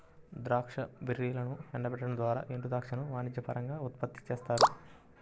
ద్రాక్ష బెర్రీలను ఎండబెట్టడం ద్వారా ఎండుద్రాక్షను వాణిజ్యపరంగా ఉత్పత్తి చేస్తారు